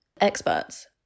experts